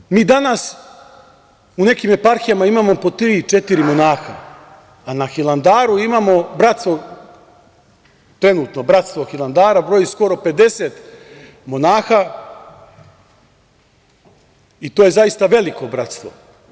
Dakle, mi danas u nekim eparhijama imamo po tri-četiri monaha, a na Hilandaru imamo bratstvo, trenutno bratstvo Hilandara broji skoro 50 monaha i to je zaista veliko bratstvo.